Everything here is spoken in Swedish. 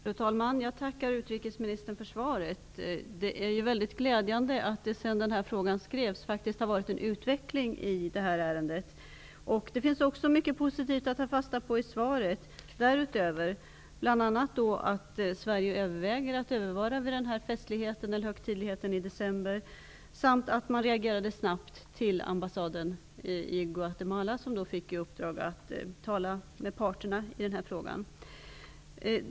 Fru talman! Jag tackar utrikesministern för svaret. Det är glädjande att det sedan frågan skrevs faktiskt har skett en utveckling. Det finns också mycket positivt att ta fasta på i svaret därutöver, bl.a. att Sverige överväger att närvara vid högtidligheten i december samt att man reagerade snabbt och gav ett uppdrag till ambassaden i Guatemala. Ambassaden fick i uppdrag att tala med parterna i denna fråga.